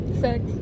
sex